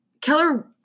Keller